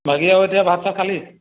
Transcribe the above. বাকী আৰু এতিয়া ভাত চাত খালি